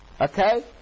Okay